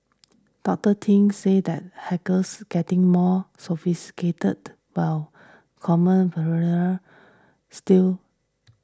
Doctor Ting said that hackers getting more sophisticated while common still